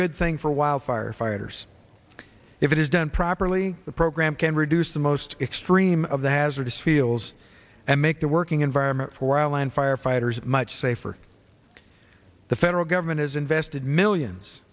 good thing for while firefighters if it is done properly the program can reduce the most extreme of the hazardous feels and make the working environment for our land firefighters much safer the federal government has invested millions